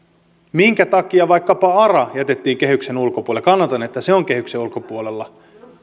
minkä takia vaikkapa ara jätettiin kehyksen ulkopuolelle kannatan että se on kehyksen ulkopuolella